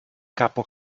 capo